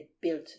built